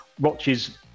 watches